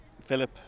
Philip